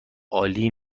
عالی